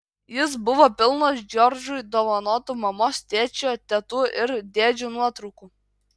jis buvo pilnas džordžui dovanotų mamos tėčio tetų ir dėdžių nuotraukų